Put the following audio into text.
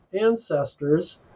ancestors